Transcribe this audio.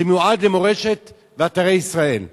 שמיועד למורשת ואתרי ישראל.